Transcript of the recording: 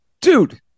dude